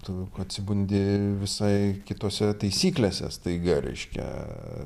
tu atsibundi visai kitose taisyklėse staiga reiškia